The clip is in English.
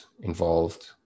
involved